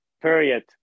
period